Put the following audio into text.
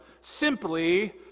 simply